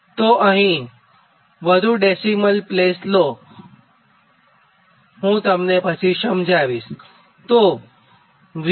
તો તમે અહીં વધુ ડેસિમલ પ્લેસ લોહું તમને પછી સમજાવીશ